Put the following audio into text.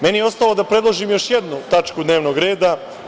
Meni je ostalo da predložim još jednu tačku dnevnog reda.